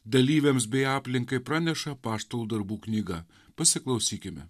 dalyviams bei aplinkai praneša apaštalų darbų knyga pasiklausykime